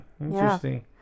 interesting